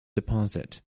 deposit